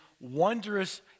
wondrous